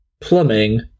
plumbing